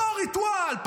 אותו ריטואל,